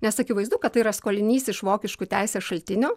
nes akivaizdu kad tai yra skolinys iš vokiškų teisės šaltinių